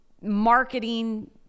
marketing